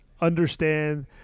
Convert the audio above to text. understand